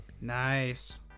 Nice